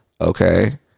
Okay